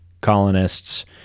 colonists